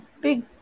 big